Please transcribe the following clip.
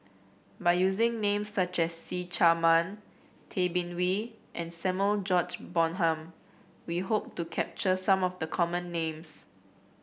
by using names such as See Chak Mun Tay Bin Wee and Samuel George Bonham we hope to capture some of the common names